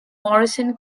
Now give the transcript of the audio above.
morrison